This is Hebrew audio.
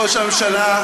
ראש הממשלה,